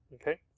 Okay